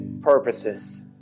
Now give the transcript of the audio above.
purposes